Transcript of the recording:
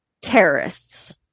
terrorists